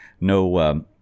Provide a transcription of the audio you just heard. no